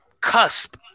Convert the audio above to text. cusp